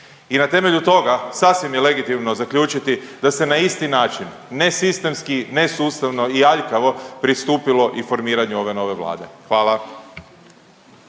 I na temelju toga sasvim je legitimno zaključiti da se na isti način nesistemski, nesustavno i aljkavo pristupilo informiranju ove nove Vlade. Hvala.